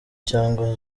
cyangwa